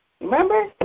Remember